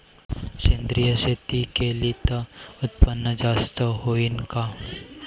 सेंद्रिय शेती केली त उत्पन्न जास्त होईन का?